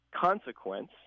consequence